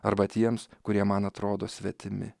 arba tiems kurie man atrodo svetimi